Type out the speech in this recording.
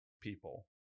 people